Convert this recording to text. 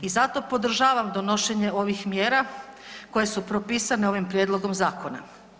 I zato podržavam donošenje ovih mjera koje su propisane ovim Prijedlogom zakona.